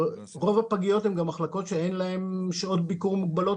רוב הפגיות הן גם מחלקות שאין להן שעות ביקור מוגבלות.